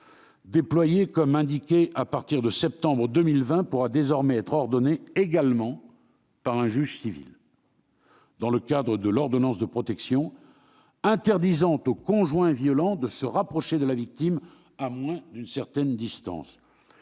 déployé comme indiqué à partir de septembre 2020, pourra désormais être ordonné également par un juge civil dans le cadre de l'ordonnance de protection interdisant au conjoint violent de se rapprocher de la victime à moins d'une certaine distance.